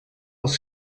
els